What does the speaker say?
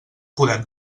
podem